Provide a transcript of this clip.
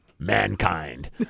Mankind